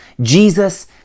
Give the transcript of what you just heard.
Jesus